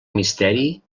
misteri